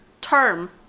term